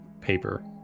paper